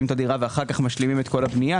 את הדירה ואחר כך משלימים את הבנייה,